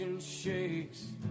shakes